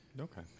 Okay